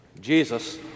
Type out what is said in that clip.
Jesus